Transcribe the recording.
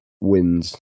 wins